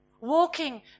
walking